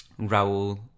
Raul